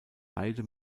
heide